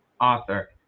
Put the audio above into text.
author